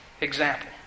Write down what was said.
example